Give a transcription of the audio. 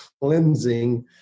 cleansing